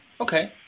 Okay